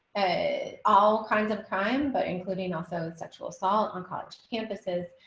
a all kinds of crime but including also sexual assault on college campuses.